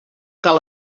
cal